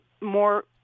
more